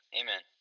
amen